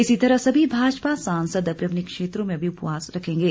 इसी तरह सभी भाजपा सांसद अपने अपने क्षेत्रों में भी उपवास रखेंगे